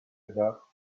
about